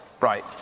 Right